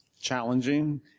challenging